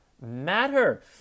matter